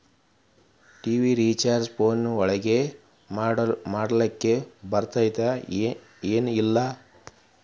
TV recharge phone ಒಳಗ ಮಾಡ್ಲಿಕ್ ಬರ್ತಾದ ಏನ್ ಇಲ್ಲ?